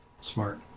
Smart